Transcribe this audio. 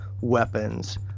weapons